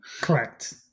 Correct